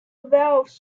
valves